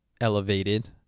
elevated